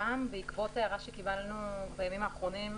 "מעבדה מאושרת" כמשמעותה בסעיף 12(א) לחוק התקנים,